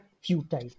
futile